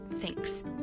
Thanks